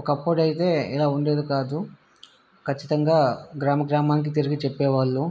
ఒకప్పుడు అయితే ఇలా ఉండేది కాదు ఖచ్చితంగా గ్రామగ్రామానికి తిరిగి చెప్పేవాళ్ళు